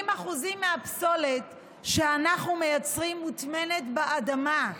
80% מהפסולת שאנחנו מייצרים מוטמנת באדמה.